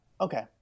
Okay